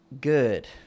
good